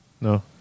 No